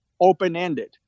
open-ended